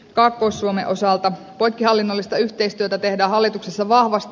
kaakkois suomen osalta poikkihallinnollista yhteistyötä tehdään hallituksessa vahvasti